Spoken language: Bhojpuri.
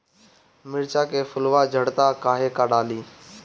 मिरचा के फुलवा झड़ता काहे का डाली?